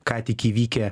ką tik įvykę